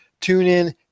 TuneIn